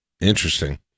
Interesting